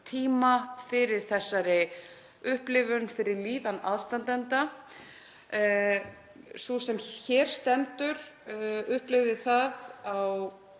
fyrir þessari upplifun, fyrir líðan aðstandenda. Sú sem hér stendur upplifði það á